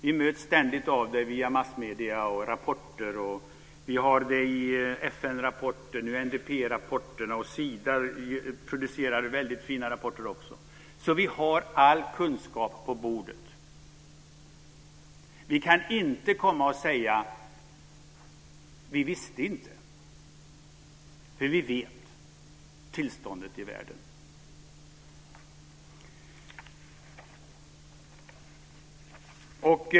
Vi möts ständigt av dem via massmedier, FN-rapporter och UNDP-rapporter. Också Sida producerar väldigt fina rapporter. Vi har alltså all kunskap på bordet. Vi kan inte komma och säga att vi inte visste, eftersom vi har kunskap om tillståndet i världen.